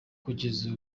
kugeza